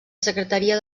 secretaria